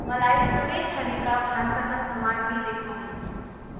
मलाई सबै थरीका भान्साका सामाग्री देखाउनुहोस्